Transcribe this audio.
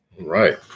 right